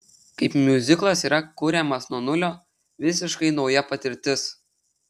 kaip miuziklas yra kuriamas nuo nulio visiškai nauja patirtis